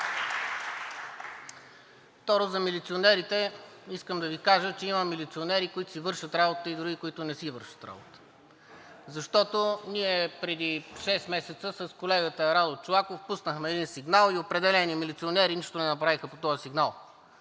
Второ за милиционерите. Искам да Ви кажа, че има милиционери, които си вършат работата, и други, които не си вършат работата. Защото ние преди шест месеца с колегата Радо Чолаков пуснахме един сигнал и определени милиционери нищо не направиха по този сигнал.